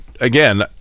again